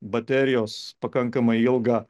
baterijos pakankamai ilgą